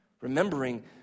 Remembering